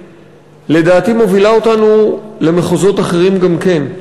לדעתי מובילה אותנו למחוזות אחרים גם כן.